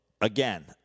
Again